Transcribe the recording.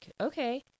okay